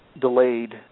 delayed